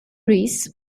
reis